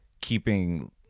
keeping